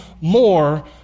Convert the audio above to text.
more